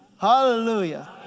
Hallelujah